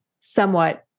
somewhat